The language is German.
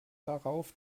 darauf